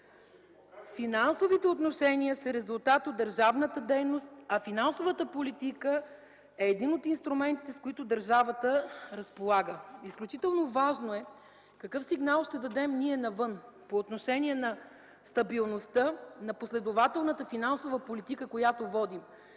Финансовите отношения са резултат от държавната дейност, а финансовата политика е един от инструментите, с които държавата разполага. Изключително важно е какъв сигнал ще дадем ние навън по отношение на стабилността, на последователната финансова политика, която водим.